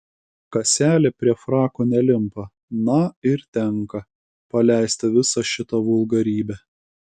kaselė prie frako nelimpa na ir tenka paleisti visą šitą vulgarybę